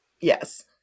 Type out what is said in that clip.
yes